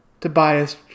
Tobias